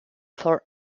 for